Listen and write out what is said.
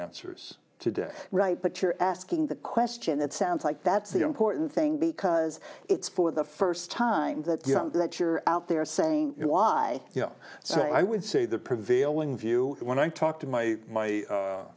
answers today right but you're asking the question it sounds like that's the important thing because it's for the first time that something that you're out there saying why you know so i would say the prevailing view when i talk to my